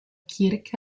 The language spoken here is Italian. kirk